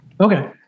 Okay